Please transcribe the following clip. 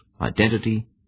identity